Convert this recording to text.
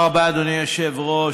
תודה רבה, אדוני היושב-ראש.